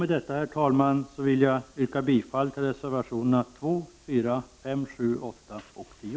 Med detta, herr talman, vill jag yrka bifall till reservationerna 2, 4, 5, 7,8 och 10.